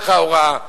לכאורה,